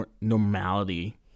normality